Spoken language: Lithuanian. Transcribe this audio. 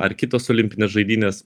ar kitos olimpinės žaidynės